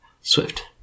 Swift